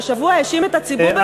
שהשבוע האשים את הציבור בפופוליזם,